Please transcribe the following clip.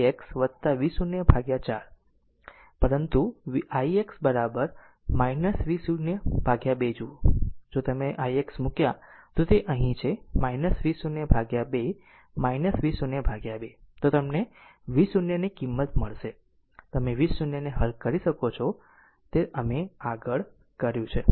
આમ 2 ix V0 4 પરંતુ ix V0 2 જુઓ જો તમે ix મૂક્યા તો તે અહીં છે V0 2 V0 2 તો તમને V0 ની કિંમત મળશે તમે V0 ને હલ કરી શકો છો તે અમે આગળ કર્યું છે